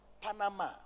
Panama